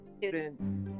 students